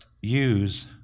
use